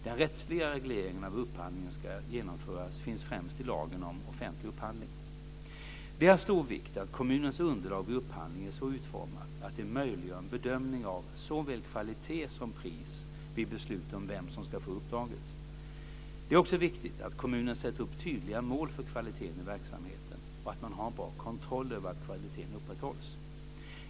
Den rättsliga regleringen av hur upphandlingen ska genomföras finns främst i lagen om offentlig upphandling. Det är av stor vikt att kommunens underlag vid upphandling är så utformat att det möjliggör en bedömning av såväl kvalitet som pris vid beslut om vem som ska få uppdraget. Det är också viktigt att kommunen sätter upp tydliga mål för kvaliteten i verksamheten och att man har en bra kontroll över att kvaliteten upprätthålls.